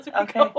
Okay